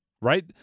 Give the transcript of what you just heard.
Right